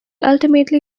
ultimately